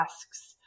asks